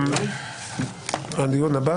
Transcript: הדיון הבא